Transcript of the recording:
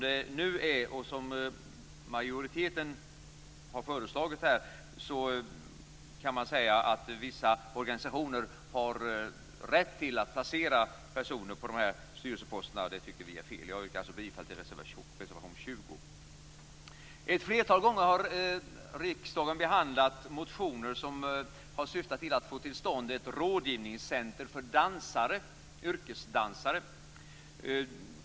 Som majoriteten har föreslagit får vissa organisationer nu rätt att placera personer på dessa styrelseposter. Det tycker vi är fel. Jag yrkar alltså bifall till reservation nr 20. Ett flertal gånger har riksdagen behandlat motioner som syftat till att få till stånd ett rådgivningscentrum för yrkesdansare.